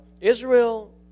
Israel